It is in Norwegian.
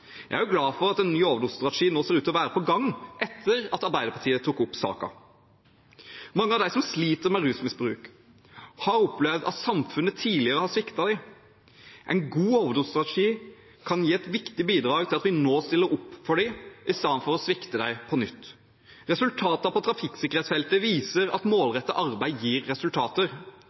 Jeg er også glad for at en ny overdosestrategi nå ser ut til å være på gang etter at Arbeiderpartiet tok opp saken. Mange av dem som sliter med rusmisbruk, har opplevd at samfunnet tidligere har sviktet dem. En god overdosestrategi kan være et viktig bidrag i det å stille opp for dem i stedet for å svikte dem på nytt. Resultatet på trafikksikkerhetsfeltet viser at målrettet arbeid gir resultater.